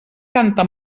canta